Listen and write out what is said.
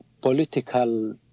Political